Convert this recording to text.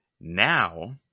now